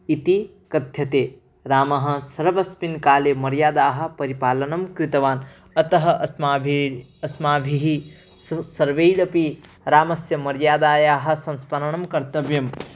इति कथ्यते रामः सर्वस्मिन् काले मर्यादाः परिपालनं कृतवान् अतः अस्माभिः अस्माभिः तु सर्वैरपि रामस्य मर्यादायाः संस्मरणं कर्तव्यं